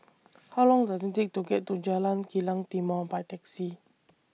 How Long Does IT Take to get to Jalan Kilang Timor By Taxi